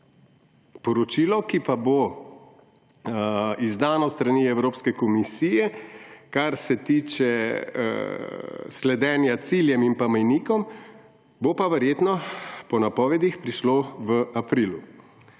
Poročilo, ki pa bo izdano s strani Evropske komisije, kar se tiče sledenja ciljem in mejnikom, bo pa verjetno po napovedih prišlo v aprilu.